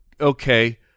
okay